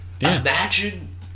Imagine